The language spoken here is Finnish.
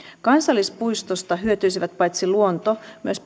kansallispuistosta hyötyisivät paitsi luonto myös